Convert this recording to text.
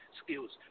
skills